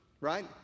right